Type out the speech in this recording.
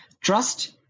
trust